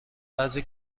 بعضی